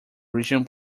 original